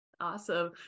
Awesome